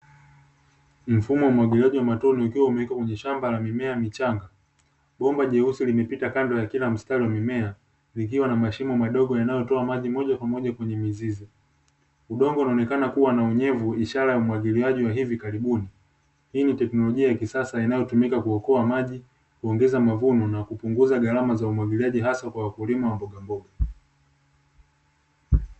Mfumo wa umwagiliaji wa matone ukiwa umewekwa kweye shamba la mimea michanga. Bomba jeusi limepita kando ya kila mstari wa mimea likiwa na mashimo madogo yanayotoa maji moja kwa moja kwenye mizizi. Udongo unaonekana kuwa na unyevu, ishara ya umwagiliaji wa hivi karibuni. Hii ni teknolojia ya kisasa inatumika kuokoa maji, kuongeza mavuno na kupunguza gharama za umwagiliaji hasa kwa wakulima wa mbogamboga.